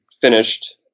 finished